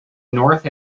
north